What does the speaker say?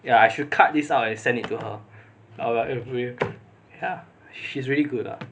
K I should cut this out and send it to her err wi~ her she's really good ah